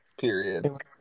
Period